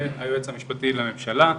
והיועץ המשפטי לממשלה.